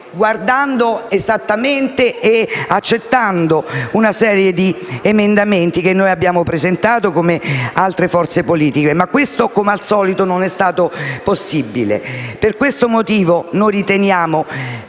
guardando esattamente e accettando una serie di emendamenti che noi abbiamo presentato, come hanno fatto altre forze politiche. Ma questo, come al solito, non è stato possibile. Per questo motivo, non solo